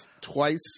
twice